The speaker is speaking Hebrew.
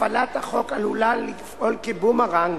הפעלת החוק עלולה לפעול כבומרנג